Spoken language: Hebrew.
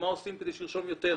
מה עושים כדי שהוא ירשום יותר.